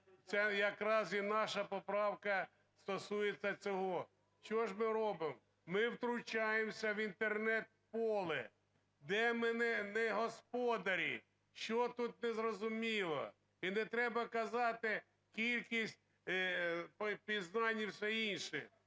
Це якраз і наша поправка стосується цього. Що ж ми робимо? Ми втручаємося в інтернет-поле, де ми не господарі. Що тут не зрозуміло? І не треба казати кількість пізнань і все інше.